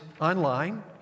online